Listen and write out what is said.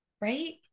right